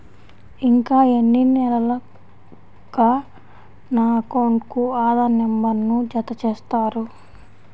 ఇంకా ఎన్ని నెలలక నా అకౌంట్కు ఆధార్ నంబర్ను జత చేస్తారు?